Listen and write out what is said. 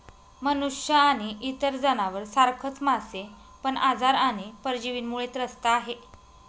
मनुष्य आणि इतर जनावर सारखच मासे पण आजार आणि परजीवींमुळे त्रस्त आहे